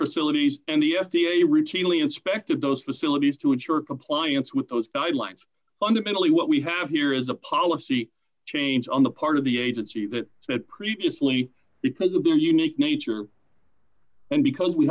facilities and the f d a routinely inspected those facilities to ensure compliance with those guidelines fundamentally what we have here is a policy change on the part of the agency that had previously because of their unique nature and because we